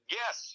yes